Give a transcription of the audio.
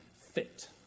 fit